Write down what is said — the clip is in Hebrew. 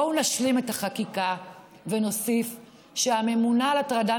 בואו נשלים את החקיקה ונוסיף שהממונה על הטרדה